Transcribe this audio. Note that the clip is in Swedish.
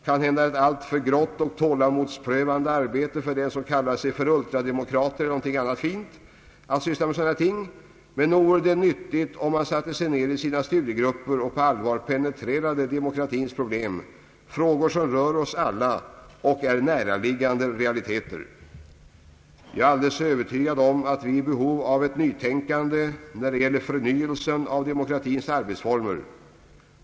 Kanhända är det ett alltför grått och tålamodsprövande arbete för dem som nu kallats ultrademokrater eller något annat fint att syssla med sådana ting, men nog vore det nyttigt om man satte sig ner i sina studiegrupper och på allvar penetrerade demokratins problem, frågor som rör oss alla och är näraliggande realiteter. Jag är alldeles övertygad om att vi är i behov av ett nytänkande, när det gäller förnyelsen av demokratins arbetsformer.